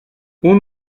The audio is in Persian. اون